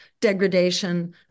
degradation